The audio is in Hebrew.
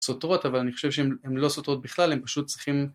סותרות אבל אני חושב שהן לא סותרות בכלל הן פשוט צריכים